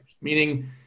meaning